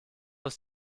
ist